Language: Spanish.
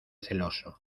celoso